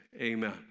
amen